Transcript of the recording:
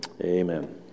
Amen